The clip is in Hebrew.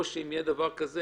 ואם יהיה דבר כזה,